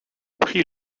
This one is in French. prit